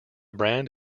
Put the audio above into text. brand